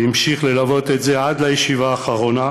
והוא המשיך ללוות את זה עד לישיבה האחרונה,